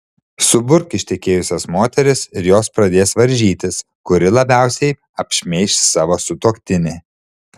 suburk ištekėjusias moteris ir jos pradės varžytis kuri labiausiai apšmeiš savo sutuoktinį